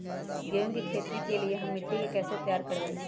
गेंहू की खेती के लिए हम मिट्टी के कैसे तैयार करवाई?